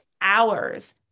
hours